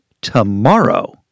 tomorrow